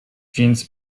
więc